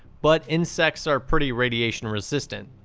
but insects are pretty radiation resistant.